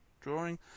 drawing